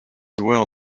joueur